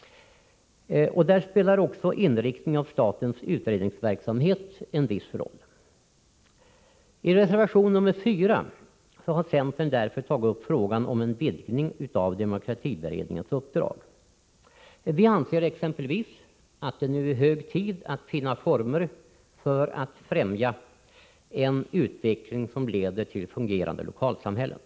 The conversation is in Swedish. Även inriktningen av statens utredningsverksamhet spelar en viss roll därvidlag. I reservation nr 4 har centern därför tagit upp frågan om en vidgning av demokratiberedningens uppdrag. Vi anser exempelvis att det nu är hög tid att finna former för ett främjande av en utveckling som leder till fungerande lokalsamhällen.